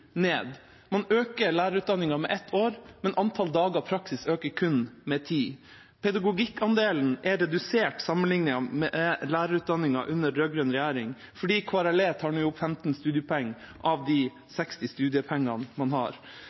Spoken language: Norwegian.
ned. Man øker lærerutdanningen med ett år, men antall dager i praksis økes kun med ti. Pedagogikkandelen er redusert sammenlignet med lærerutdanningen under rød-grønn regjering fordi KRLE nå tar opp 15 studiepoeng av de 60 studiepoengene man har.